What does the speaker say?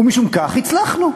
ומשום כך, הצלחנו.